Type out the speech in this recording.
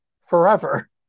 forever